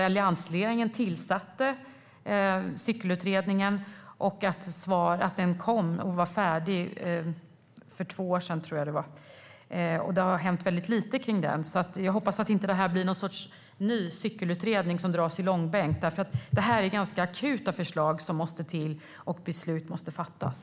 Alliansregeringen tillsatte Cyklingsutredningen, och den var färdig och kom för två år sedan, tror jag att det var. Det har hänt väldigt lite med den, och jag hoppas att inte detta blir någon sorts ny cykelutredning som dras i långbänk. Detta är ganska akuta förslag som måste till, och beslut måste fattas.